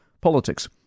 politics